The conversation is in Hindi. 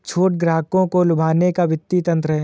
छूट ग्राहकों को लुभाने का वित्तीय तंत्र है